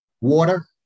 Water